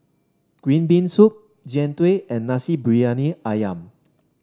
Green Bean Soup Jian Dui and Nasi Briyani ayam